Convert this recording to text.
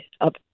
up